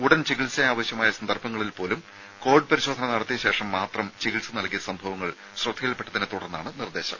ഉടൻ ചികിത്സ ആവശ്യമായ സന്ദർഭങ്ങളിൽ പോലും കോവിഡ് പരിശോധന നടത്തിയ ശേഷം മാത്രം ചികിത്സ നൽകിയ സംഭവങ്ങൾ ശ്രദ്ധയിൽപെട്ടതിനെത്തുടർന്നാണ് നിർദ്ദേശം